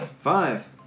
Five